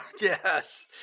yes